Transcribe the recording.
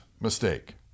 mistake